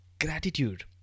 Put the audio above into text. Gratitude